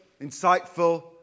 insightful